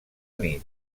nit